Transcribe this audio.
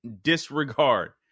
disregard